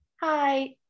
Hi